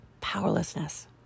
powerlessness